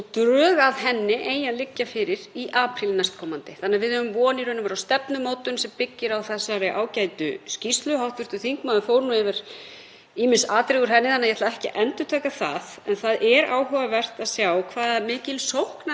ýmis atriði úr henni þannig að ég ætla ekki að endurtaka það. En það er áhugavert að sjá hve mikil sóknarfæri við eigum í matvælaframleiðslu í þeim greinum þar sem við erum ekki sjálfum okkur nóg. Mér er náttúrlega tíðrætt hér um grænmetisræktun og við höfum verið að gefa í þar.